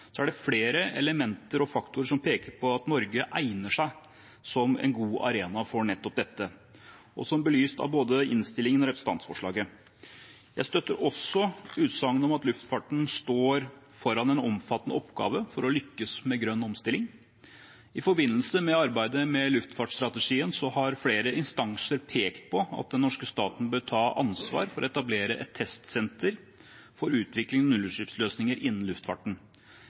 er det flere elementer og faktorer som peker på at Norge egner seg som en god arena for nettopp dette – som belyst i både innstillingen og representantforslaget. Jeg støtter også utsagn om at luftfarten står foran en omfattende oppgave for å lykkes med grønn omstilling. I forbindelse med arbeidet med luftfartsstrategien har flere instanser pekt på at den norske staten bør ta ansvar for å etablere et testsenter for utvikling av nullutslippsløsninger innen luftfarten,